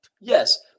Yes